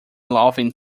loving